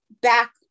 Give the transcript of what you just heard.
back